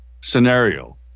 scenario